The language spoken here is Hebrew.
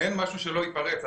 אין משהו שלא ייפרץ,